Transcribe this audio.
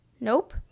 nope